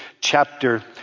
chapter